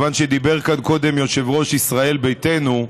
מכיוון שדיבר כאן קודם יושב-ראש ישראל ביתנו,